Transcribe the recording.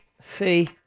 See